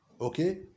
okay